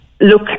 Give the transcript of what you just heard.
look